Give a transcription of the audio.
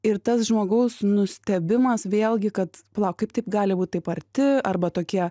ir tas žmogaus nustebimas vėlgi kad palauk kaip taip gali būt taip arti arba tokie